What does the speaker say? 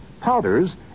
powders